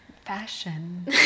fashion